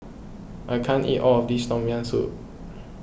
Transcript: I can't eat all of this Tom Yam Soup